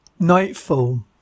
nightfall